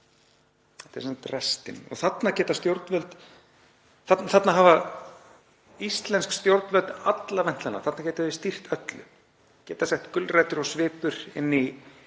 Þetta er restin. Þarna hafa íslensk stjórnvöld alla ventlana, þarna geta þau stýrt öllu, geta sett gulrætur og svipur inn í hvata-